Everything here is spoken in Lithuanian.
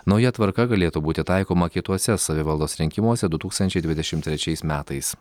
nauja tvarka galėtų būti taikoma kituose savivaldos rinkimuose du tūkstančiai dvidešimt trečiais metais